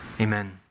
Amen